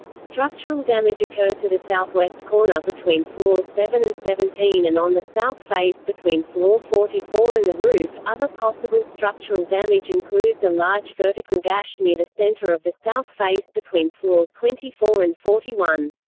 structural damage occurred to the southwest corner between floors seven and seventeen and on the south face between floor forty four and the roof other possible structural damage includes a large vertical gash near the center of the south face between floors twenty four and forty one.